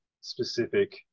specific